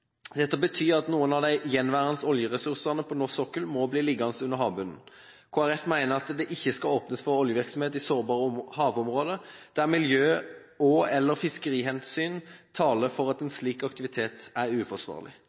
Dette betyr at noen av de gjenværende oljeressursene på norsk sokkel må bli liggende under havbunnen. Kristelig Folkeparti mener at det ikke skal åpnes for oljevirksomhet i sårbare havområder der miljø- og/eller fiskerihensyn taler for at slik aktivitet er uforsvarlig.